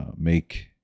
make